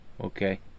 Okay